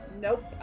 Nope